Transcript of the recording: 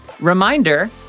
Reminder